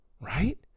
right